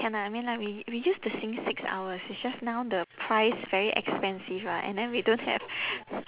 can ah I mean like we we used to sing six hours it's just now the price very expensive ah and then we don't have